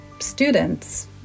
students